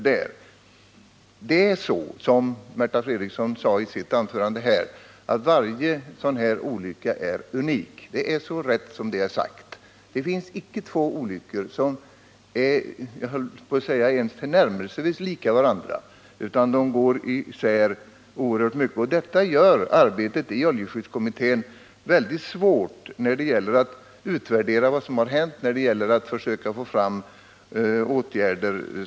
Det är riktigt, som Märta Fredrikson sade i sitt anförande, att varje olycka av det nu aktuella slaget är unik. Det finns icke två olyckor som är — låt mig säga det — ens tillnärmelsevis lika varandra. Detta gör att det blir mycket svårt att utvärdera materialet i oljeskyddskommittén och att få fram åtgärder som kan leda till bättre förhållanden.